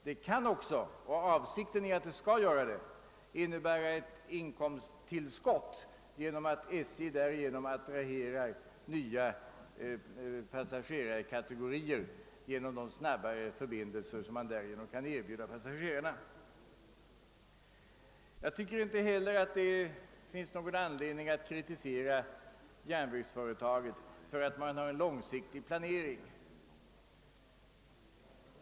Det kan också — och avsikten är att det skall göra det — innebära ett inkomsttillskott genom att SJ därigenom attra herar nya passagerarkategorier genom de snabbare förbindelser man då kan erbjuda de resande. Jag anser inte heller att det finns någon anledning att kritisera järnvägsföretaget för att man där har en långsiktig planering.